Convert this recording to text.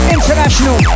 International